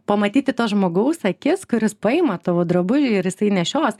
pamatyti to žmogaus akis kuris paima tavo drabužį ir jisai nešios